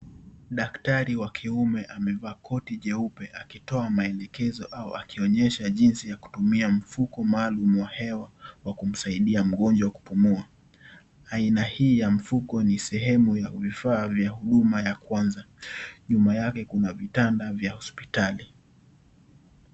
Daktari wa kiume amevaa koti jeupe, akitoa maelekezo au akionyesha jinsi ya kutumia mfuko maalum wa hewa kwa kumsaidia mgonjwa kupumua. Aina hii ya mfuko ni sehemu ya vifaa ya huduma ya kwanza. Nyuma yake kuna vitanda vya hospitali.